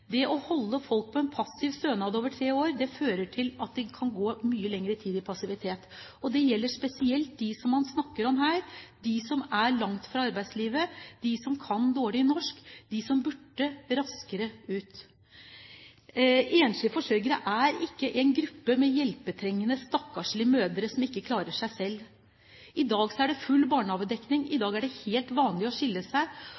Det å holde folk på en passiv stønad over tre år fører til at de kan gå mye lengre tid i passivitet. Det gjelder spesielt dem man snakker om her, de som er langt fra arbeidslivet, de som kan dårlig norsk, de som burde raskere ut. Enslige forsørgere er ikke en gruppe med hjelpetrengende, stakkarslige mødre som ikke klarer seg selv. I dag er det full barnehagedekning. I dag er det helt vanlig å skille seg.